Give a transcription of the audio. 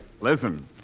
Listen